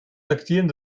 datieren